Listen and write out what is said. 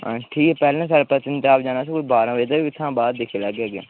हां ठीक ऐ पैह्लें पत्नीटाप जाना असें कोई बारां बजे तक फ्ही ओह्दे हा बाद दिक्खी लैगे अग्गैं